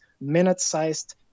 minute-sized